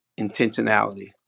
intentionality